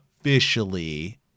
officially